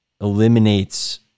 eliminates